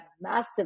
massive